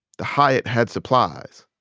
the hyatt had supplies.